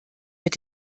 mit